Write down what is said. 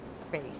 space